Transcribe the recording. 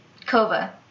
Kova